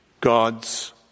God's